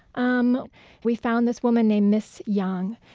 um we found this woman named ms. young.